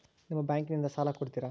ನಿಮ್ಮ ಬ್ಯಾಂಕಿನಿಂದ ಸಾಲ ಕೊಡ್ತೇರಾ?